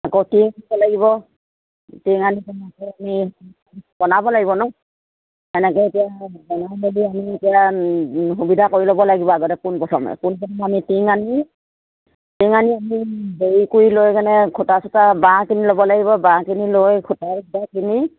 আকৌ টিং আনিব লাগিব টিং আনি আমি বনাব লাগিব ন সনেকে এতিয়া বনাই মেলি আমি এতিয়া সুবিধা কৰি ল'ব লাগিব আগতে পোনপথমে পোনে আমি টিং আনি টিং আনি আমি হেৰি কৰি লৈ কেনে খুঁটা চূটা বাঁহ কিনি ল'ব লাগিব বাঁহ কিনি লৈ খুঁটা কিনি